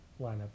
lineups